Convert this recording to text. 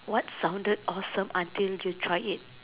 what sounded awesome until you tried it